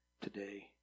today